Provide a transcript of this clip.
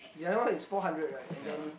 the other one is four hundred right and then